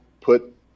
put